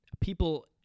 people